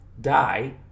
die